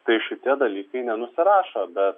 tai šitie dalykai nenusirašo bet